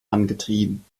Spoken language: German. angetrieben